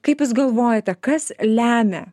kaip jūs galvojate kas lemia